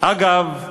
אגב,